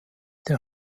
der